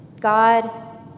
God